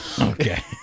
Okay